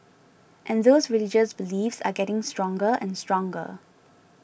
and those religious beliefs are getting stronger and stronger